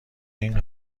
این